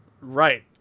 Right